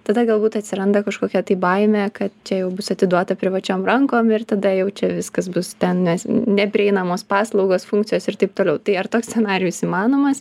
tada galbūt atsiranda kažkokia tai baimė kad čia jau bus atiduota privačiom rankom ir tada jau čia viskas bus ten nes neprieinamos paslaugos funkcijos ir taip toliau tai ar toks scenarijus įmanomas